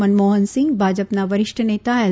મનમોહન સિંધ ભાજપના વરિષ્ઠ નેતા એલ